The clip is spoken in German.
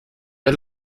mir